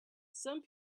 some